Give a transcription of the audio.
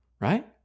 Right